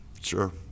Sure